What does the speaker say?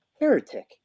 Heretic